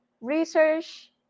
research